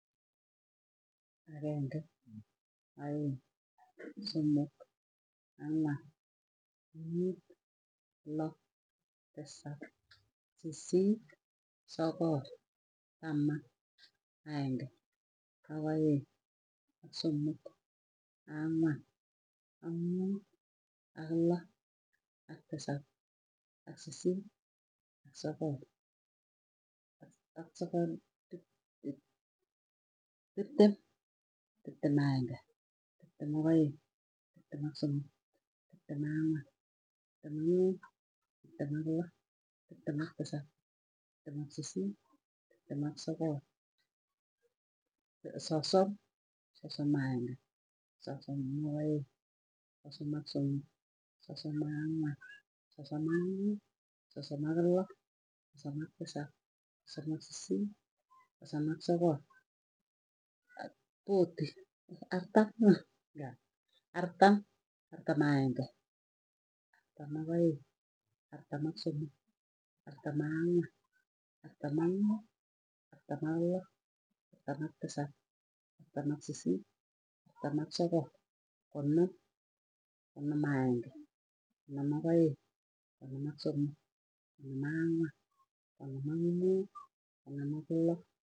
Ageng'e, aeng', somok, ang'wan, muut, loo, tisap, sisiit, sogol, taman, aeng'e, ak' aeng, somok, ang'wan, ak muut, ak loo, ak tisap, ak sisiit, sogol, ak sogol, tip- te- tiptem, tiptem ak aeng'e, tiptem ak aeng', tiptem ak somok, tiptem ak ang'wan, tiptem ak muut, tiptem ak loo, tiptem ak tisap, tiptem ak sisiit, tiptem ak sogol, sosom, sosom a'aenge, sosom ak aeng', sosom ak somok, sosom ak ang'wan, sosom ak muut, sosom ak loo, sosom ak tisap, sosom ak sisiit, sosom ak sogol, ar- potii, artam, artam, artam aeng'e, artam ak aeng', artam ak somok, artam ak ang'wan, artam ak muut, artam ak loo, artam ak tisap, artam ak sisiit, artam ak sogol. konom, konom a aeng'e, konom ak aeng', konom ak somok, konom ak ang'wan. konom ak muut, konom ak loo.